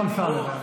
השר אמסלם,